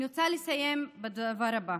אני רוצה לסיים בדבר הבא: